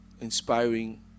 inspiring